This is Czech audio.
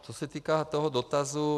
Co se týká toho dotazu.